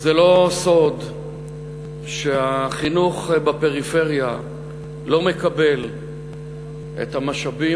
זה לא סוד שהחינוך בפריפריה לא מקבל את המשאבים